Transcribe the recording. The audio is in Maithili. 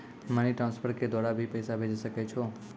मनी ट्रांसफर के द्वारा भी पैसा भेजै सकै छौ?